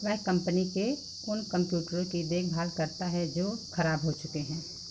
वह कम्पनी के उन कंप्यूटरों की देखभाल करता है जो खराब हो चुके हैं